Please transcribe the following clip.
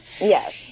Yes